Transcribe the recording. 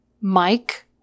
Mike